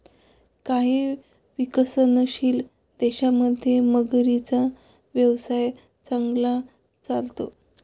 काही विकसनशील देशांमध्ये मगरींचा व्यवसाय चांगला चालतो